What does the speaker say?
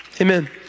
amen